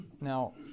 Now